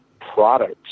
products